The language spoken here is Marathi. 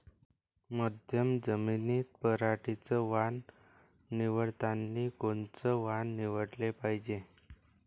मध्यम जमीनीत पराटीचं वान निवडतानी कोनचं वान निवडाले पायजे?